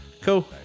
Cool